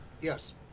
Yes